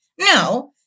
No